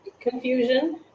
Confusion